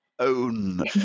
own